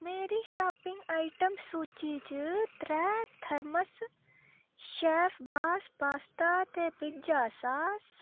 मेरी shopping item सूची च त्रै थर्मस शैफ बास पास्ता ते पिज्जा सास